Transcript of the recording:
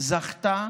זכתה